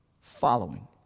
following